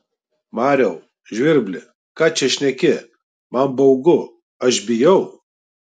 mariau žvirbli ką čia šneki man baugu aš bijau